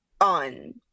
on